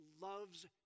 loves